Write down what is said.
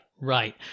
right